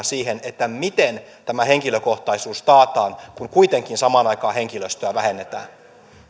siihen miten tämä henkilökohtaisuus taataan kun kuitenkin samaan aikaan henkilöstöä vähennetään